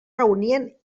reunien